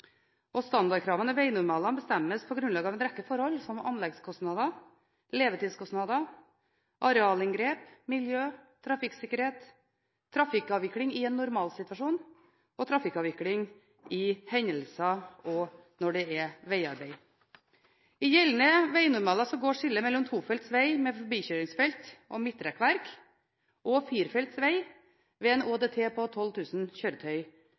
Standardkravene i vegnormalene bestemmes på grunnlag av en rekke forhold, som anleggskostnader, levetidskostnader, arealinngrep, miljø, trafikksikkerhet, trafikkavvikling i normalsituasjonen og trafikkavvikling ved hendelser og når det er vegarbeid. I gjeldende vegnormaler går skillet mellom tofelts veg med forbikjøringsfelt og midtrekkverk og firefelts veg ved en ÅDT på 12 000 kjøretøy